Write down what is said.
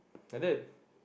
but then